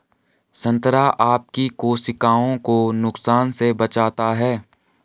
संतरा आपकी कोशिकाओं को नुकसान से बचाता है